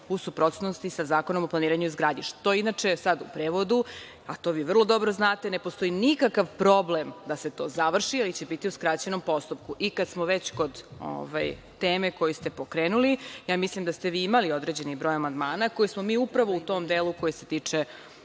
u suprotnosti sa Zakonom o planiranju i izgradnji. Što inače, sad u prevodu, a to vi vrlo dobro znate, ne postoji nikakav problem da se to završi, ali će biti u skraćenom postupku. Kad smo već kod teme koju ste pokrenuli, mislim da ste vi imali određeni broj amandmana koji smo mi upravo u tom delu koji se tiče